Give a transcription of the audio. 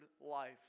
life